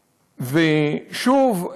שוב,